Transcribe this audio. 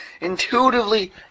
intuitively